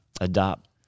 adopt